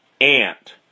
ant